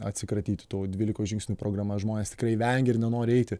atsikratyti tų dvylikos žingsnių programa žmonės tikrai vengia ir nenori eiti